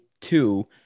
two